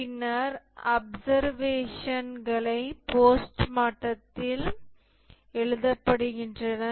பின்னர் அப்சர்வேஷன்களை போஸ்ட்மார்ட்டம் இல் எழுதப்படுகின்றன